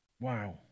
Wow